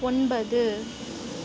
ஒன்பது